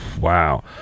wow